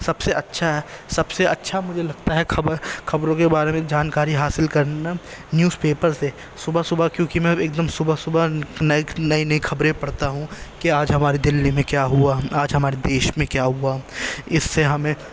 سب سے اچھا سب سے اچھا مجھے لگتا ہے خبر خبروں کے بارے جانکاری حاصل کرنا نیوز پیپر سے صبح صبح کیوںکہ میں ایک دم صبح صبح نئی نئی نئی خبریں پڑھتا ہوں کہ آج ہماری دہلی میں کیا ہوا آج ہمارے دیش میں کیا ہوا اس سے ہمیں